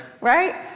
Right